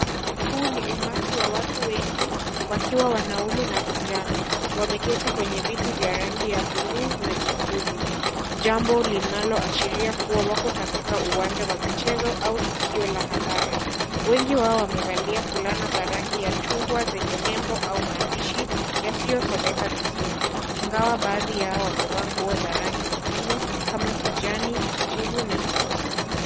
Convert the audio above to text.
Huu ni umati wa watu wengi wakiwa wanaume na vijana wameketi kwenye viti vya rangi ya buluu na nyekundu jambo linaloashiria kuwa wako katika uwanja wa michezo au tukio la hadhara. Wengi wao wamevalia fulana za rangi ya chungwa na zenye nembo au maandishi yasio someka vizuri ingawa baadhi ya hawa wamevalia nguo za rangi nyingine kama; kijani, kijivu na nyeusi.